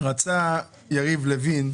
רצה יריב לוין,